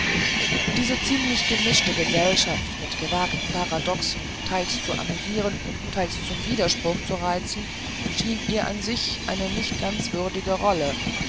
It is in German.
diese ziemlich gemischte gesellschaft mit gewagten paradoxen teils zu amüsieren teils zum widerspruch zu reizen schien ihr an sich eine nicht ganz würdige rolle